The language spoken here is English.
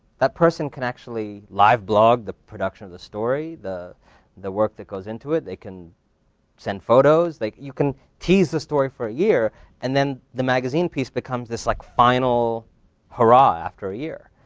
that person can actually live blog the production of the story, the the work that goes into it, they can send photos. you can tease the story for a year and then the magazine piece becomes this like final hoorah after a year.